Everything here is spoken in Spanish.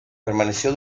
permaneció